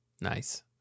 Nice